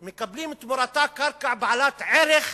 מקבלים תמורתה קרקע בעלת ערך.